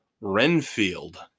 Renfield